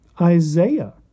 Isaiah